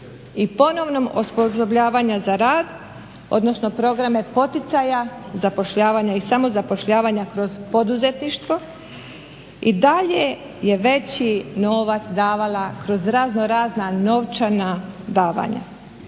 i ponovnog osposobljavanja za rad, odnosno programe poticaja, zapošljavanja i samozapošljavanja kroz poduzetništvo i dalje je veći novac davala kroz razno razna novčana davanja.